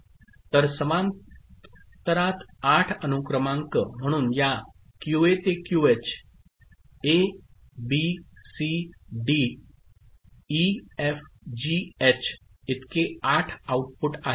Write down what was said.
तर समांतरात 8 अनुक्रमांक म्हणून या QA ते QH A B C D E F G H इतके 8 आउटपुट आहेत